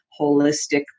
holistic